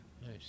Nice